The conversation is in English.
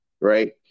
right